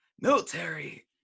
military